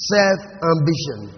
Self-ambition